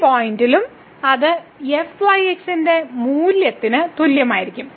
ഈ പോയിന്റും അത് fyx ന്റെ മൂല്യത്തിന് തുല്യമായിരിക്കും